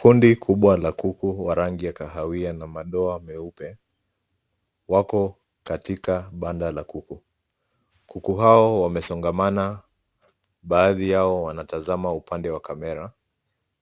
Kundi kubwa la kuku wa rangi ya kahawia na madoa meupe, wako katika banda la kuku. Kuku hao wamesongamana baadhi yao wanatazama upande wa kamera.